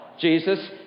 Jesus